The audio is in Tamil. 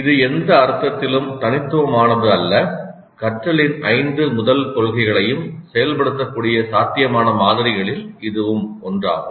இது எந்த அர்த்தத்திலும் தனித்துவமானது அல்ல கற்றலின் ஐந்து முதல் கொள்கைகளையும் செயல்படுத்தக்கூடிய சாத்தியமான மாதிரிகளில் இதுவும் ஒன்றாகும்